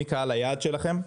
מי קהל היעד שלכם,